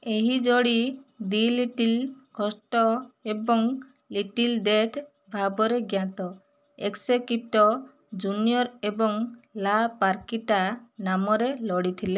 ଏହି ଯୋଡ଼ି 'the little ghost' ଏବଂ 'ଲିଟିଲ୍ ଡେଥ୍' ଭାବରେ ଜ୍ଞାତ ଏସ୍ପେକ୍ରିଟୋ ଜୁନିୟର ଏବଂ ଲା'ପାର୍କିଟା ନାମରେ ଲଢ଼ିଥିଲେ